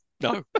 No